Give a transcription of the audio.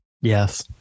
Yes